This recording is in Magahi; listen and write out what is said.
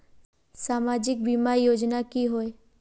सामाजिक बीमा योजना की होय?